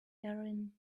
erin